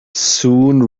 soon